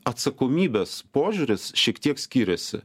atsakomybės požiūris šiek tiek skiriasi